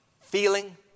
feeling